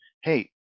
hey